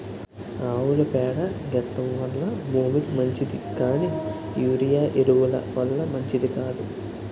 ఆవుల పేడ గెత్తెం వల్ల భూమికి మంచిది కానీ యూరియా ఎరువు ల వల్ల మంచిది కాదు